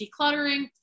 decluttering